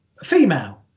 female